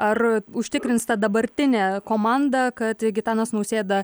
ar užtikrins ta dabartinė komanda kad gitanas nausėda